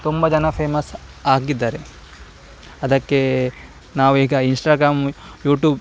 ತುಂಬ ಜನ ಫೇಮಸ್ ಆಗಿದ್ದಾರೆ ಅದಕ್ಕೆ ನಾವೀಗ ಇನ್ಸ್ಟಾಗ್ರಾಮ್ ಯೂಟ್ಯೂಬ್